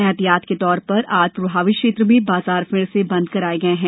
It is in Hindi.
ऐहतियात के तौर पर आज प्रभावित क्षेत्र में बाजार फिर से बंद कराए गए हैं